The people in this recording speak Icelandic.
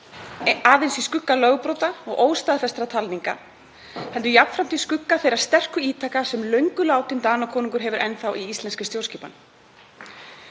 aðeins í skugga lögbrota og óstaðfestra talninga, heldur jafnframt í skugga þeirra sterku ítaka sem löngu látinn Danakonungur hefur enn þá á íslenska stjórnskipan.